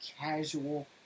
casual